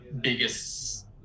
biggest